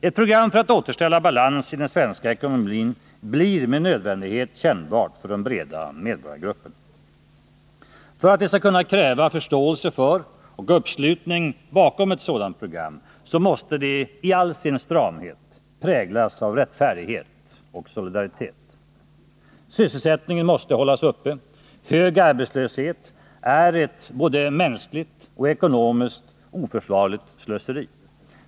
Ett program för att återställa balans i den svenska ekonomin blir med nödvändighet kännbart för de breda medborgargrupperna. För att vi skall kunna kräva förståelse och uppslutning bakom ett sådant program måste det i all sin stramhet präglas av rättfärdighet och solidaritet. Sysselsättningen måste hållas uppe. Hög arbetslöshet är ett både mänskligt och ekonomiskt oförsvarligt slöseri.